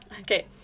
Okay